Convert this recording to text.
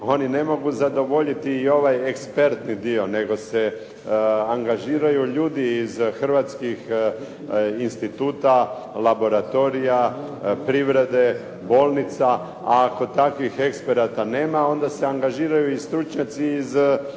oni ne mogu zadovoljiti i ovaj ekspertni dio nego se angažiraju ljudi iz hrvatskih instituta, laboratorija, privrede, bolnica. A ako takvih eksperata nema, onda se angažiraju stručnjaci iz nama